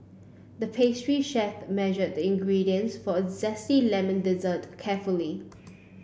the pastry chef measured the ingredients for a zesty lemon dessert carefully